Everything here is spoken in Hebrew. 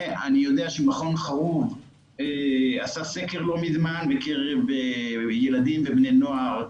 אני יודע שמכון חרוב עשה סקר לא מזמן בקרב ילדים ובני נוער,